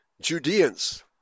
Judeans